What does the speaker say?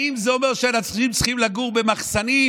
האם זו אומר שאנשים צריכים לגור במחסנים?